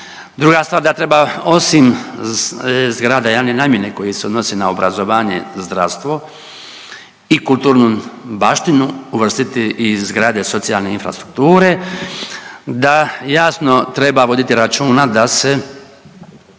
Druga stvar da treba osim zgrada javne namjene koji se odnosi na obrazovanje i zdravstvo i kulturnu baštinu uvrstiti i zgrade socijalne infrastrukture da jasno treba voditi računa da se